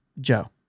Joe